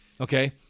Okay